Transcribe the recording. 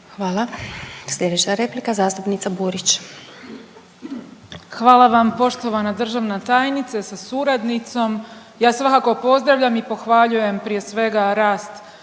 (SDP)** Slijedeća replika zastupnica Burić. **Burić, Majda (HDZ)** Hvala vam. Poštovana državna tajnice sa suradnicom ja svakako pozdravljam i pohvaljujem prije svega rast